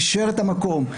אישר את המקום,